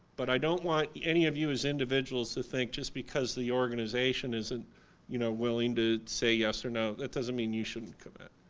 but i don't want any of you as individuals to think just because the organization isn't you know willing to say yes or no that doesn't mean you shouldn't commit.